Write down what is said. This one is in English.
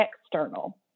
external